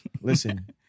Listen